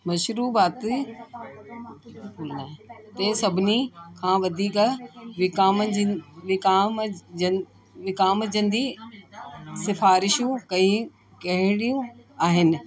मशरूबाति ते सभिनी खां वधीक विकामजिंद विकामजन विकामजंदी सिफ़ारिशूं कई कहिड़ियूं आहिनि